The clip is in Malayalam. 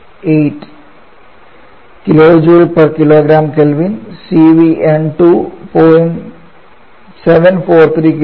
658 kJkgK cvN2 0